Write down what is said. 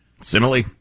Simile